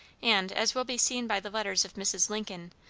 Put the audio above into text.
and, as will be seen by the letters of mrs. lincoln,